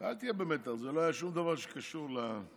אל תהיה במתח, זה לא היה שום דבר שקשור לקואליציה.